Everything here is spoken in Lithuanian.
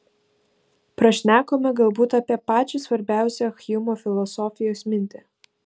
prašnekome galbūt apie pačią svarbiausią hjumo filosofijos mintį